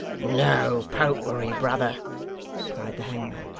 no popery, brother cried the hangman.